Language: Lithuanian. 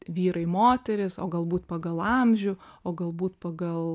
vyrai moterys o galbūt pagal amžių o galbūt pagal